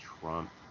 Trump